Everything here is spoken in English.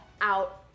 out